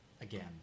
again